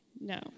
No